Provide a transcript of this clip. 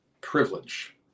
privilege